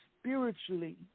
spiritually